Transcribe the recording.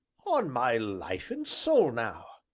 on my life and soul, now!